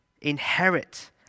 Inherit